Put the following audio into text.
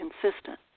consistent